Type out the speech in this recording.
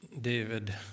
David